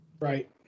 Right